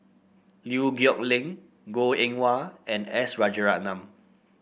Liew Geok Leong Goh Eng Wah and S Rajaratnam